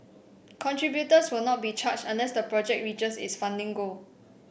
contributors will not be charged unless the project reaches its funding goal